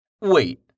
Wait